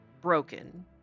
broken